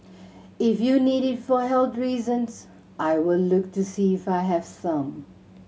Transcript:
if you need it for health reasons I will look to see if I have some